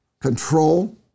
control